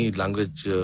language